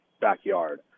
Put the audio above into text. backyard